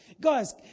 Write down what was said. guys